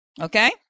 Okay